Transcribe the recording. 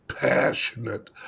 passionate